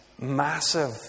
massive